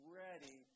ready